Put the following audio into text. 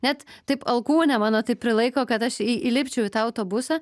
net taip alkūnę mano taip prilaiko kad aš į įlipčiau į autobusą